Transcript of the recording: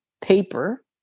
paper